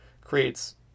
creates